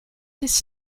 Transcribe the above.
this